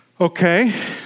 Okay